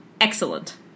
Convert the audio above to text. excellent